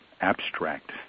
abstract